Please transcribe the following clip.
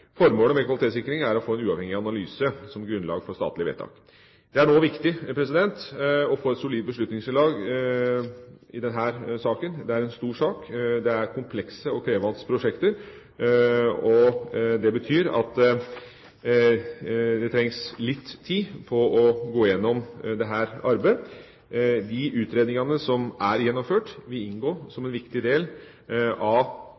Formålet med kvalitetssikringen er å få en uavhengig analyse som grunnlag for statlige vedtak. Det er nå viktig å få et solid beslutningsgrunnlag i denne saken. Det er en stor sak. Det er komplekse og krevende prosjekter. Det betyr at man trenger litt tid på å gå igjennom dette arbeidet. De utredningene som er gjennomført, vil inngå som en viktig del av